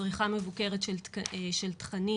צריכה מבוקרת של תכנים,